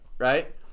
Right